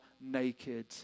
naked